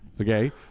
Okay